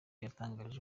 yatangarije